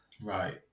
right